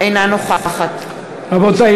אינה נוכחת רבותי,